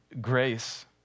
grace